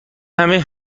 همه